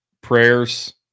prayers